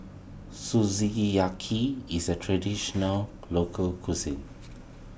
is a Traditional Local Cuisine